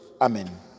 Amen